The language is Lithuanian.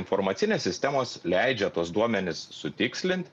informacinės sistemos leidžia tuos duomenis sutikslint